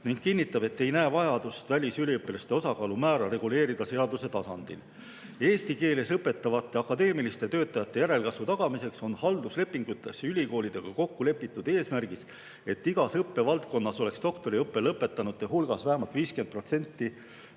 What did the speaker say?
et ta ei näe vajadust välisüliõpilaste osakaalu määra reguleerida seaduse tasandil. Eesti keeles õpetavate akadeemiliste töötajate järelkasvu tagamiseks on halduslepingutes ülikoolidega kokku lepitud eesmärgis, et igas õppevaldkonnas oleks doktoriõppe lõpetanute hulgas vähemalt 50%